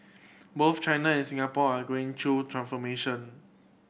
both China and Singapore are going through transformation